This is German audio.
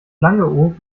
langeoog